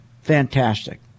fantastic